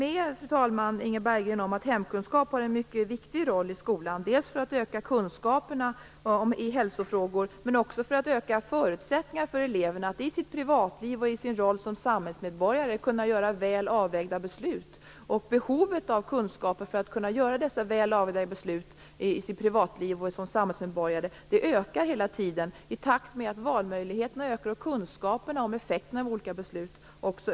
Jag håller med Inga Berggren om att hemkunskap har en mycket viktig roll i skolan, dels för att öka kunskaperna i hälsofrågor, dels för att öka elevernas förutsättningar att i sitt privatliv och i sin roll som samhällsmedborgare kunna göra väl avvägda beslut. Behovet av kunskaper för att de skall kunna göra dessa väl avvägda beslut i sitt privatliv och som samhällsmedborgare ökar hela tiden i takt med att också valmöjligheterna och kunskaperna om effekterna av olika beslut ökar.